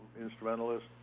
instrumentalist